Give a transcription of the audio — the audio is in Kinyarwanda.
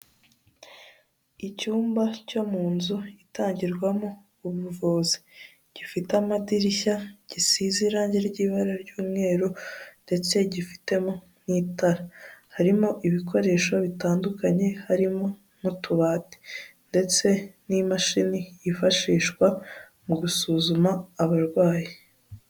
Icyumba cyo mu nzu itangirwamo ubuvuzi, gifite amadirishya, gisize irangi ry'ibara ry'umweru ndetse gifitemo n'itara, harimo ibikoresho bitandukanye, harimo nk'utubati ndetse n'imashini yifashishwa mu gusuzuma abarwayi.